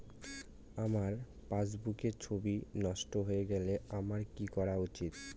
আমার পাসবুকের ছবি নষ্ট হয়ে গেলে আমার কী করা উচিৎ?